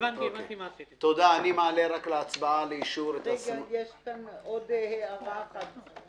יש כאן עוד הערה אחת.